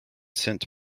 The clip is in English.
sint